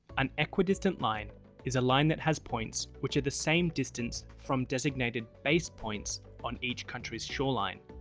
an equidistant line is a line that has points which are the same distance from designated base points on each countries shoreline.